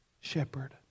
shepherd